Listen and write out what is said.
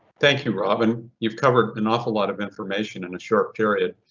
thank you, robin. you've covered an awful lot of information in a short period.